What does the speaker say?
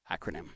acronym